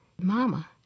Mama